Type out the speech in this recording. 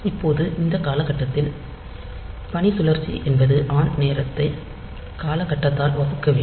இப்போது இந்த காலகட்டத்தில் எனவே பணிசுழற்சி என்பது ஆன் நேரத்தை காலக்கட்டத்தால் வகுக்க வேண்டும்